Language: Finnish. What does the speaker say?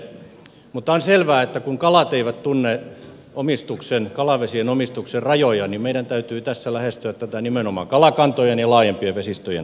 mutta on selvää että kun kalat eivät tunne kalavesien omistuksen rajoja meidän täytyy tässä lähestyä tätä nimenomaan kalakantojen ja laajempien vesistöjen kautta